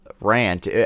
rant